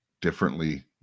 differently